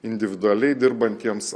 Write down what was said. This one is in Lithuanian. individualiai dirbantiems